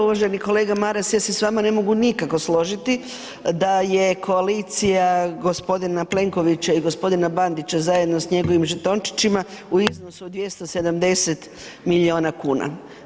Uvaženi kolega Maras, ja se s vama ne mogu nikako složiti da je koalicija gospodina Plenkovića i gospodina Bandića zajedno s njegovim žetončićima u iznosu od 270 milijuna kuna.